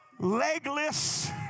legless